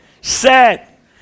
set